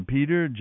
Peter